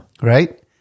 Right